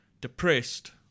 depressed